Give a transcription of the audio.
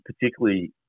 particularly